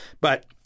But-